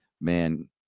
Man